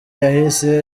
yahise